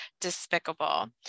despicable